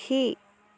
সুখী